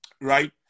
Right